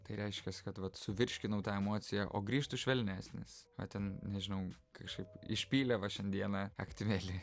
tai reiškias kad vat suvirškinau tą emociją o grįžtu švelnesnis o ten nežinau kažkaip išpylė va šiandieną aktimelį